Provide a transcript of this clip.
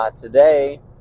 Today